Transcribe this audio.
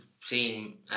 seen